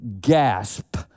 gasp